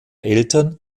eltern